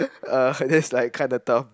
uh that's like kind of tough